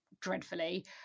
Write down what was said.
dreadfully